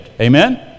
Amen